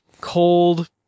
cold